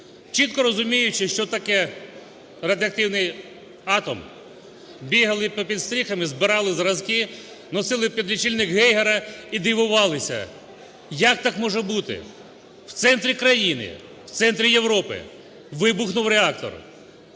чітко розуміючи, що таке радіоактивний атом, бігали по-під стріхами збирали зразки, носили лічильник Гейгера і дивувалися, як так може бути, в центрі країни, в центрі Європи вибухнув реактор.